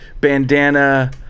bandana